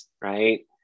right